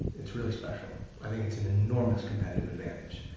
it's really special. i think it's an enormous competitive advantage.